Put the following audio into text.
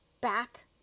back